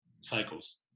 cycles